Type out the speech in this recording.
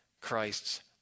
Christ's